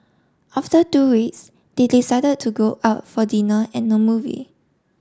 after two weeks they decided to go out for dinner and a movie